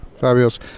Fabulous